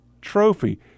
trophy